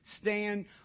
Stand